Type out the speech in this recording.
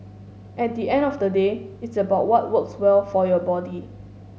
at the end of the day it's about what works well for your body